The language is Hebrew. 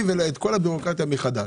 אישורים ולעבור את כל הבירוקרטיה מחדש.